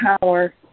power